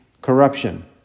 Corruption